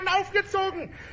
aufgezogen